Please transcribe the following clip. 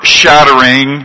shattering